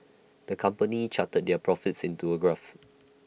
the company charted their profits into A graph